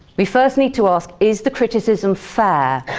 we first need to ask is the criticism fair?